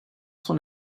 son